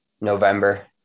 November